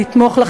לתמוך,